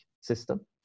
system